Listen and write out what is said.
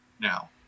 now